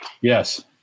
Yes